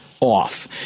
off